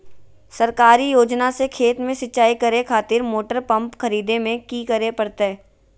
सरकारी योजना से खेत में सिंचाई करे खातिर मोटर पंप खरीदे में की करे परतय?